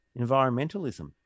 environmentalism